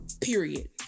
Period